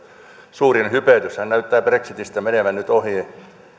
suurin hypetyshän näyttää brexitistä menevän nyt ohi